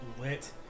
lit